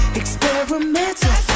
experimental